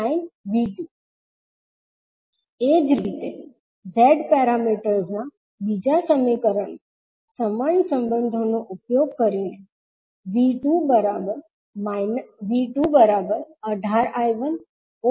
9V2 એ જ રીતે z પેરામીટર્સ ના બીજા સમીકરણમાં સમાન સંબંધોનો ઉપયોગ કરીને V218I1 3020V2I12